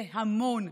זה המון.